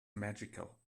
magical